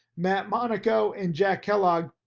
matt monaco and jack kellogg,